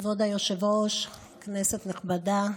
כבוד היושב-ראש, כנסת נכבדה,